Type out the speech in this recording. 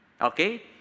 Okay